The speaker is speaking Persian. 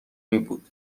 میبود